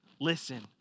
listen